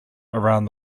around